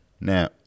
now